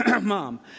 mom